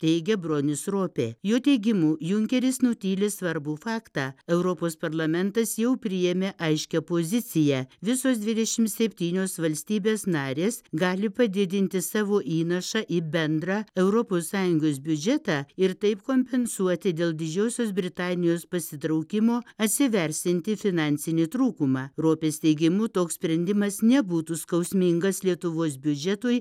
teigia bronis ropė jo teigimu junkeris nutyli svarbų faktą europos parlamentas jau priėmė aiškią poziciją visos dvidešim septynios valstybės narės gali padidinti savo įnašą į bendrą europos sąjungos biudžetą ir taip kompensuoti dėl didžiosios britanijos pasitraukimo atsiversiantį finansinį trūkumą ropės teigimu toks sprendimas nebūtų skausmingas lietuvos biudžetui